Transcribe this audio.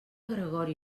gregori